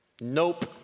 Nope